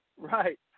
Right